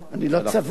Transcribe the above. אני לא צבוע.